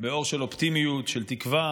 באור של אופטימיות, של תקווה,